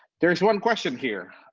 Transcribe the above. there is one question here.